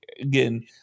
again